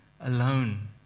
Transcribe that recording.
alone